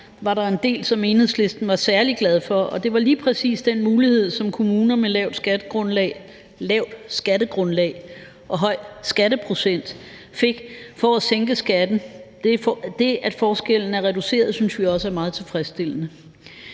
var der en del, som Enhedslisten var særlig glad for, og det var lige præcis den mulighed, som kommuner med lavt skattegrundlag og høj skatteprocent fik for at sænke skatten. Det, at forskellen er reduceret, synes vi også er meget tilfredsstillende.